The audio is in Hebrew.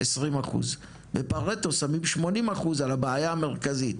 20%. בפארטו שמים 80% על הבעיה המרכזית,